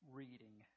reading